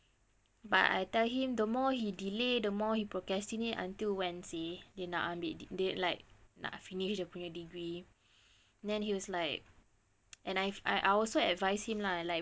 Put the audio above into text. but I tell him the more he delay the more he procrastinate until when seh dia nak ambil like nak finish the degree then he was like and I've I also advised him lah like